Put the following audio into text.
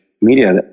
media